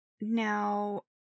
Now